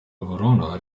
verona